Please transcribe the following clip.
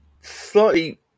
slightly